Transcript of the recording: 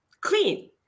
clean